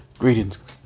Greetings